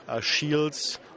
shields